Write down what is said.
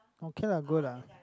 okay lah good lah